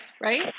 right